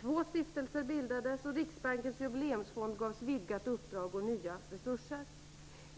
Två stiftelser bildades och Riksbankens jubileumsfond gavs vidgat uppdrag och nya resurser.